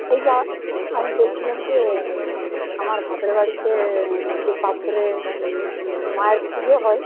এই যা আমি বলছিলাম যে আমার বাপের বাড়িতে যে পাথরের মায়ের পুজো হয়